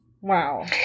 Wow